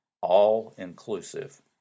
All-inclusive